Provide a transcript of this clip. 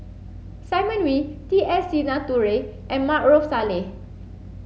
Simon Wee T S Sinnathuray and Maarof Salleh